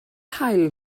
haul